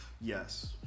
Yes